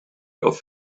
off